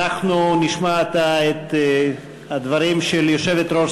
אנחנו נשמע עתה את הדברים של יושבת-ראש